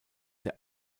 der